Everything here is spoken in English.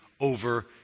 over